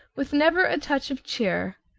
with never a touch of cheer,